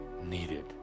needed